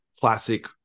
classic